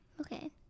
Okay